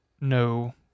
no